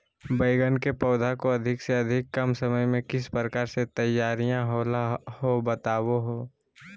बैगन के पौधा को अधिक से अधिक कम समय में किस प्रकार से तैयारियां होला औ बताबो है?